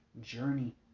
journey